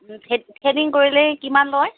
the threading কৰিলে কিমান লয়